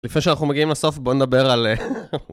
לפני שאנחנו מגיעים לסוף, בואו נדבר על אה...